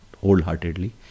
wholeheartedly